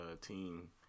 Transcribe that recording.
team